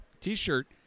T-shirt